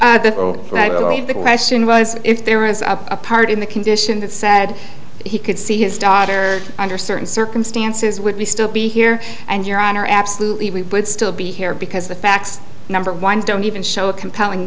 if the question was if there was a part in the condition that said he could see his daughter under certain circumstances would we still be here and your honor absolutely we would still be here because the facts number one don't even show a compelling